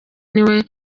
niwe